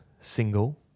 single